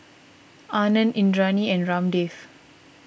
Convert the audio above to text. Anand Indranee and Ramdev